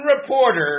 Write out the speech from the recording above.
reporter